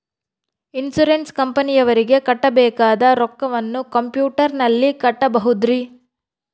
Insurance ಕಂಪನಿಯವರಿಗೆ ಕಟ್ಟಬೇಕಾದ ರೊಕ್ಕವನ್ನು ಕಂಪ್ಯೂಟರನಲ್ಲಿ ಕಟ್ಟಬಹುದ್ರಿ?